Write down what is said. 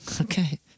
Okay